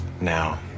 Now